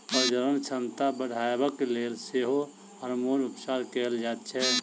प्रजनन क्षमता बढ़यबाक लेल सेहो हार्मोन उपचार कयल जाइत छै